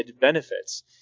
benefits